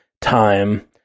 Time